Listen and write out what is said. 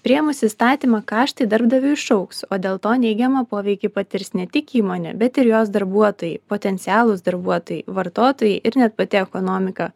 priėmus įstatymą kaštai darbdaviui išaugs o dėl to neigiamą poveikį patirs ne tik įmonė bet ir jos darbuotojai potencialūs darbuotojai vartotojai ir net pati ekonomika